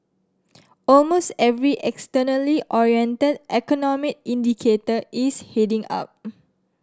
almost every externally oriented economic indicator is heading up